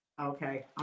Okay